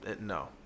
No